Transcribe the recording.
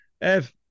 Ev